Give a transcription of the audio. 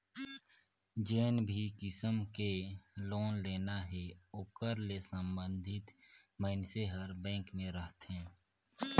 जेन भी किसम के लोन लेना हे ओकर ले संबंधित मइनसे हर बेंक में रहथे